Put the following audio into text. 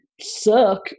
suck